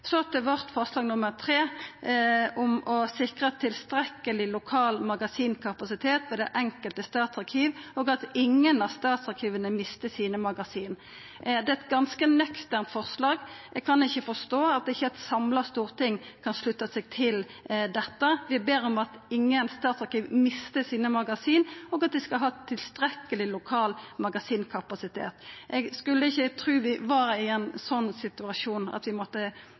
Så til vårt forslag, nr. 3, om å «sikre tilstrekkelig lokal magasinkapasitet ved det enkelte statsarkiv og at ingen av statsarkivene mister sine magasin». Det er eit ganske nøkternt forslag. Eg kan ikkje forstå at ikkje eit samla storting kan slutta seg til dette. Vi ber om at ingen statsarkiv mister magasina sine, og om at dei skal ha tilstrekkeleg lokal magasinkapasitet. Eg hadde ikkje trudd at vi skulle vera i ein sånn situasjon at vi måtte